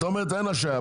את אומרת שאין השהיה.